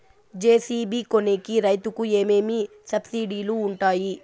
JCB కొనేకి రైతుకు ఏమేమి సబ్సిడి లు వుంటాయి?